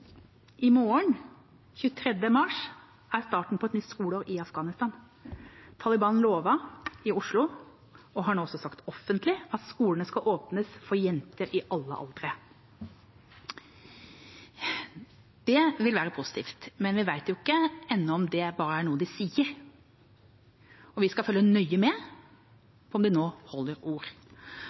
I morgen, 23. mars, er starten på et nytt skoleår i Afghanistan. Taliban lovet i Oslo og har nå også sagt offentlig at skolene skal åpnes for jenter i alle aldre. Det vil være positivt, men vi vet ennå ikke om dette er noe de bare sier. Vi skal følge nøye med på om de nå holder ord.